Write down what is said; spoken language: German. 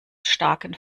starken